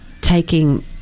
taking